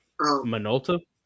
Minolta